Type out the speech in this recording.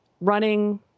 running